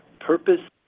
Purpose